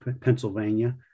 Pennsylvania